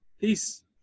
peace